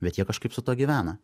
bet jie kažkaip su tuo gyvena